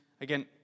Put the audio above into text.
Again